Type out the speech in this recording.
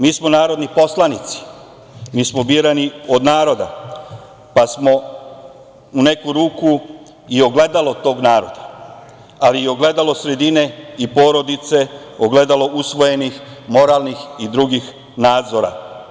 Mi smo narodni poslanici, mi smo birani od naroda, pa smo, u neku ruku, i ogledalo toga naroda, ali i ogledalo sredine i porodice, ogledalo usvojenih moralnih i drugih nadzora.